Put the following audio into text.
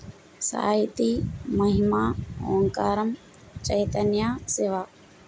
Sahithi Mahima Omkaram Chaitanya Shiva